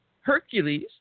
Hercules